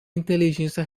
inteligência